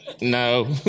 No